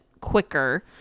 quicker